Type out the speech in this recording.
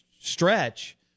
stretch